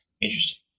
Interesting